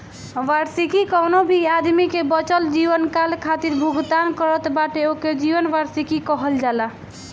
वार्षिकी कवनो भी आदमी के बचल जीवनकाल खातिर भुगतान करत बाटे ओके जीवन वार्षिकी कहल जाला